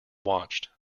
watched